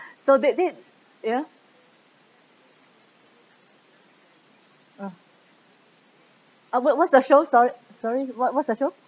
so they did ya uh uh what what's the show sorry sorry what what's the show